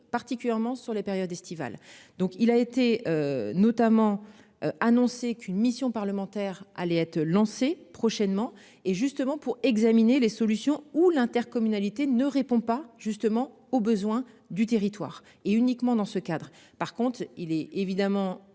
particulièrement sur les périodes estivales. Donc il a été. Notamment. Annoncé qu'une mission parlementaire allait être lancée prochainement et justement pour examiner les solutions ou l'intercommunalité ne répond pas justement aux besoins du territoire et uniquement dans ce cadre. Par contre, il est évidemment